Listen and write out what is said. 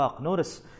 Notice